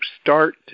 start